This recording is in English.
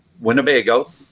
Winnebago